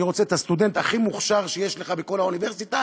אני רוצה את הסטודנט הכי מוכשר שיש לך בכל האוניברסיטה,